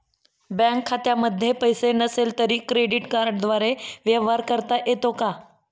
Bank खात्यामध्ये पैसे नसले तरी क्रेडिट कार्डद्वारे व्यवहार करता येतो का?